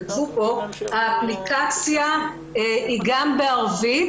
בנוגע לאפליקציה - האפליקציה היא גם בשפה הערבית.